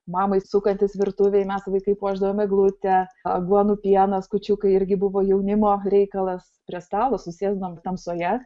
mamai sukantis virtuvėj mes vaikai puošdavom eglutę aguonų pienas kūčiukai irgi buvo jaunimo reikalas prie stalo susėsdavom tamsoje